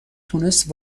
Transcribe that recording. تونست